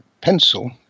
pencil